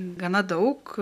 gana daug